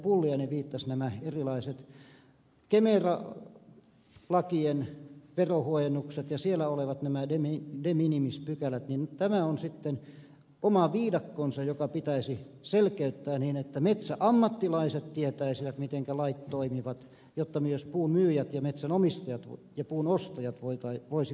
pulliainen viittasi nämä erilaiset kemera lakien veronhuojennukset ja siellä olevat de minimis pykälät on sitten oma viidakkonsa joka pitäisi selkeyttää niin että metsäammattilaiset tietäisivät mitenkä lait toimivat jotta myös puun myyjät ja metsänomistajat ja puun ostajat voisivat tietää